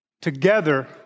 together